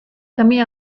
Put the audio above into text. kami